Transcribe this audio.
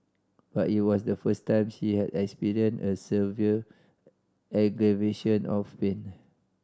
but it was the first time she had experienced a severe aggravation of pain